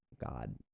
God